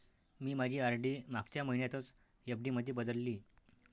मी माझी आर.डी मागच्या महिन्यातच एफ.डी मध्ये बदलली